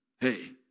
hey